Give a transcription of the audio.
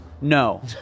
No